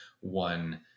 one